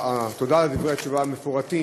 תודה על דברי התשובה המפורטים.